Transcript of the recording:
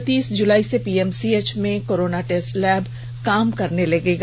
उनतीस जुलाई से पीएमसीएच में कोरोना टेस्ट लैब काम करने लगेगा